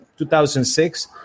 2006